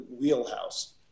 wheelhouse